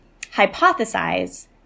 hypothesize